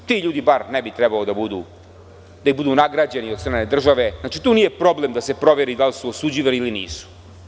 Ti ljudi bar ne bi trebali da budu nagrađeni od strane države, znači tu nije problem da se proveri da li su osuđivani ili nisu.